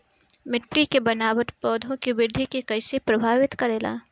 मिट्टी के बनावट पौधों की वृद्धि के कईसे प्रभावित करेला?